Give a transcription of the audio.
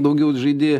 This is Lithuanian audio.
daugiau žaidi